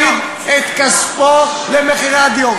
סבבה, אין שום בעיה.